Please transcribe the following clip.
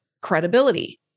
credibility